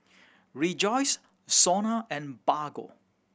Rejoice SONA and Bargo